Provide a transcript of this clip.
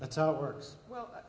that's how it works well